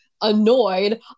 Annoyed